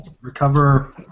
Recover